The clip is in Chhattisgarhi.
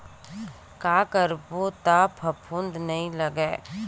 का करबो त फफूंद नहीं लगय?